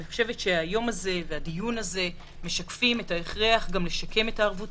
אני חושבת שהיום הזה והדיון הזה משקפים את ההכרח לשקם את הערבות